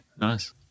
Nice